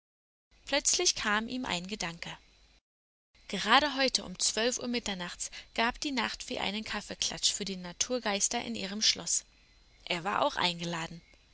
plötzlich kam ihm ein gedanke gerade heute um uhr mitternachts gab die nachtfee einen kaffeeklatsch für die naturgeister in ihrem schloß er war auch eingeladen